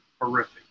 horrific